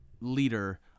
leader